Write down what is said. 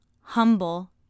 humble